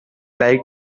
like